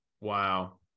Wow